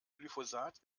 glyphosat